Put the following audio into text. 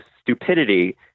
stupidity